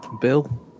Bill